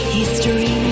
History